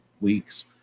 weeks